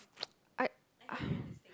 I ugh